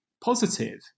positive